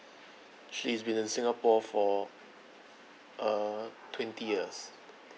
she's been in singapore for uh twenty years